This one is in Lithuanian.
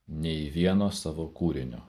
nei vieno savo kūrinio